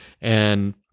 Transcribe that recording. And-